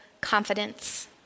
confidence